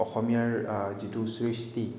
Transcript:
অসমীয়াৰ যিটো সৃষ্টি